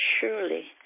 surely